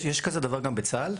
יש כזה דבר גם בצה"ל?